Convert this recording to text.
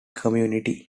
community